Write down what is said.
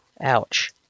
ouch